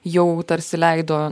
jau tarsi leido